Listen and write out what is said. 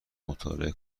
مطالعه